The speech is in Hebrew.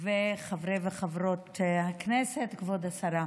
חברי וחברות הכנסת, כבוד השרה,